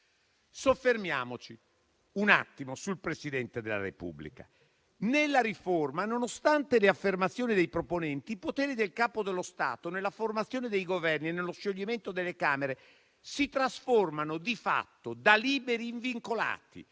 Soffermiamoci un attimo sul Presidente della Repubblica. Nella riforma, nonostante le affermazioni dei proponenti, i poteri del Capo dello Stato nella formazione dei Governi e nello scioglimento delle Camere si trasformano di fatto da liberi in vincolati